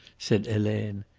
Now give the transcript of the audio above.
said helene.